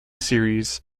series